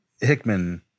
Hickman